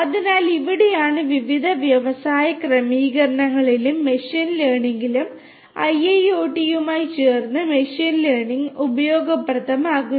അതിനാൽ ഇവിടെയാണ് വിവിധ വ്യവസായ ക്രമീകരണങ്ങളിലും മെഷീൻ ലേണിംഗിലും IIoT യുമായി ചേർന്ന് മെഷീൻ ലേണിംഗ് ഉപയോഗപ്രദമാകുന്നത്